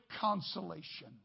consolation